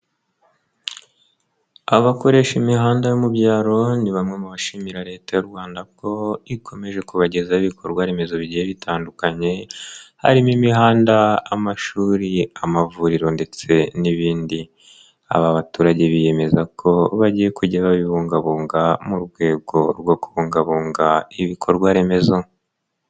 Abakoresha imihanda yo mu byaro, ni bamwe mu bashimira Leta y'u Rwanda ko ikomeje kubagezaho ibikorwa remezo bigiye bitandukanye harimo, harimo imihanda, amashuri, amavuriro ndetse n'ibindi. Aba baturage biyemeza ko bagiye kujya babibungabunga mu rwego rwo kubungabunga ibikorwa remezo.